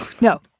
no